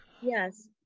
Yes